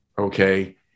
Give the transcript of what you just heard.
Okay